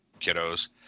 kiddos